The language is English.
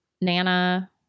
Nana